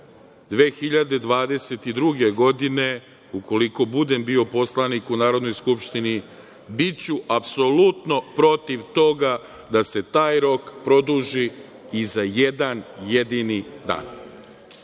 2022. godine, ukoliko budem bio poslanik u Narodnoj skupštini, biću apsolutno protiv toga da se taj rok produži i za jedan jedini